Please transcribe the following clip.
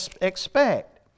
expect